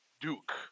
Duke